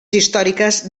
històriques